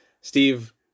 Steve